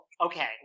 okay